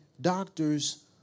doctor's